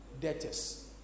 debtors